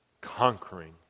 conquering